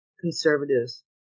conservatives